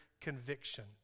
conviction